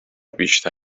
بیشتر